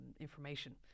information